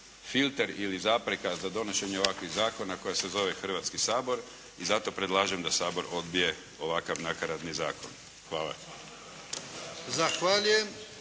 ili zapreka za donošenje ovakvih zakona koje se zove Hrvatski sabor i zato predlažem da Sabor odbije ovakav nakaradni zakon. Hvala.